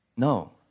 no